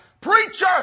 preacher